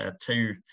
two